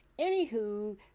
anywho